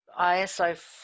ISO